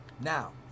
Now